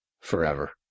forever